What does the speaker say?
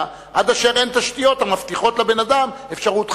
עד אשר יהיו תשתיות המבטיחות לבן-אדם אפשרות חיים.